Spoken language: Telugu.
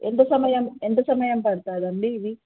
ఎంత సమయం ఎంత సమయం పడుతుందండి ఇవి